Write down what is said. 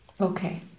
Okay